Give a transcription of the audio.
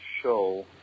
show